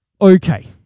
Okay